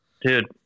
Dude